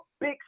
big